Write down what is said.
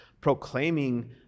proclaiming